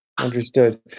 Understood